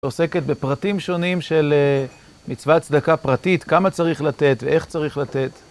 עוסקת בפרטים שונים של מצוות צדקה פרטית, כמה צריך לתת ואיך צריך לתת.